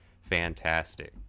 Fantastic